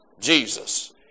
Jesus